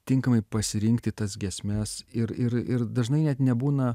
tinkamai pasirinkti tas giesmes ir ir ir dažnai net nebūna